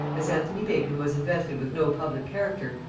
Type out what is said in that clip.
as anthony bacon was invested with no public character,